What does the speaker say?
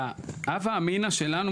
בהווה אמינא שלנו,